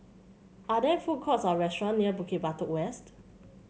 are there food courts or restaurant near Bukit Batok West